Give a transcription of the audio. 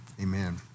amen